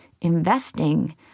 investing